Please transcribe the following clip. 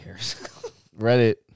Reddit